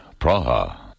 Praha